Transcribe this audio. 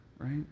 right